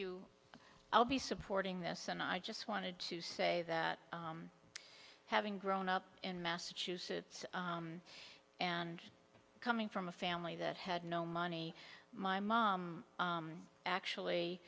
you i'll be supporting this and i just wanted to say that having grown up in massachusetts and coming from a family that had no money my mom actually